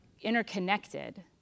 interconnected